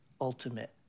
ultimate